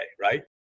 right